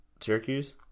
Syracuse